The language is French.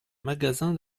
magasin